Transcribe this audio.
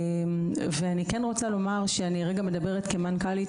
אני כן רוצה לומר שאני מדברת כמנכ״לית